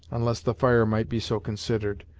unless the fire might be so considered,